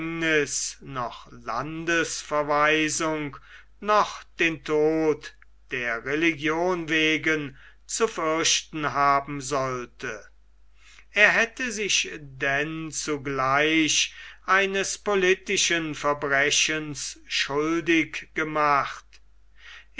noch landesverweisung noch den tod der religion wegen zu fürchten haben sollte er hätte sich denn zugleich eines politischen verbrechens schuldig gemacht